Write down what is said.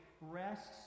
rests